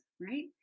right